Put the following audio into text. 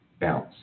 bounce